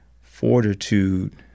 fortitude